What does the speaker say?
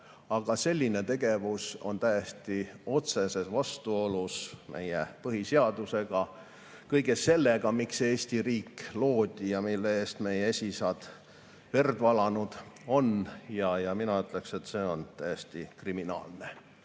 Aga selline tegevus on täiesti otseses vastuolus meie põhiseadusega, kõige sellega, miks Eesti riik loodi ja mille eest meie esiisad verd valanud on. Ja mina ütleks, et see on täiesti kriminaalne.